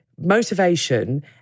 motivation